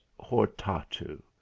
hortatu